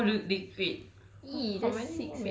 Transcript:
produce more lube liquid